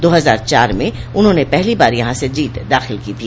दो हजार चार में उन्होंने पहली बार यहां से जीत दाखिल की थी